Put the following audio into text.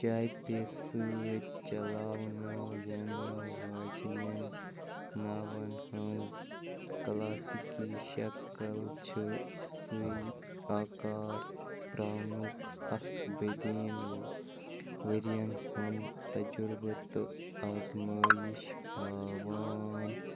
چاپہِ سۭتۍ چلاوناو یِنہٕ واجنٮ۪ن ناوَن ہٕنٛز کلاسِکی شکٕل چھِ سٕے آكار پرٛاونُک ہَتھ بدیٖن ؤرۍیَن ہُنٛد تجُربہٕ تہٕ آزمٲیِش ہاوان